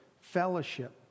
fellowship